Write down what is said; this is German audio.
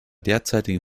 derzeitigen